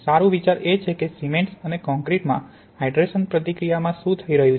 સારું વિચાર એ છે કે સિમેન્ટ્સ અને કોંક્રિટમાં હાઇડ્રેશન પ્રતિક્રિયા માં શું થઈ રહ્યું છે